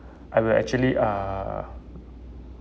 I will actually uh